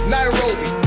Nairobi